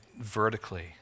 vertically